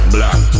Black